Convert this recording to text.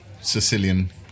Sicilian